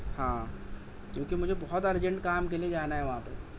ہاں کیونکہ مجھے بہت ارجنٹ کام کے لئے جانا ہے وہاں پہ